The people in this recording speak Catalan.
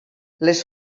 les